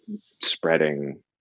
spreading